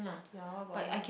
ya what about yours